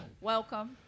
Welcome